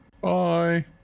Bye